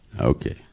Okay